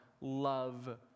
love